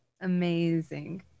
Amazing